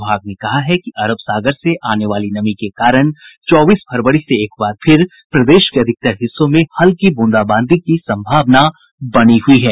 विभाग ने कहा है कि अरब सागर से आने वाली नमी के कारण चौबीस फरवरी से एक बार फिर प्रदेश के अधिकतर हिस्सों में हल्की ब्रंदाबांदी की सम्भावना बनी हुई है